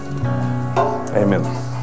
Amen